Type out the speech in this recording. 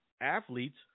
athletes